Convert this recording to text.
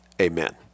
Amen